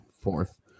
Fourth